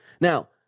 Now